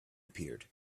appeared